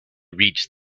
reached